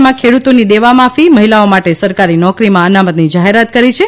તેમાં ખેડૂતોની દેવાં માફી મહિલાઓ માટે સરકારી નોકરીમાં અનામતની જાહેરાત કરી છે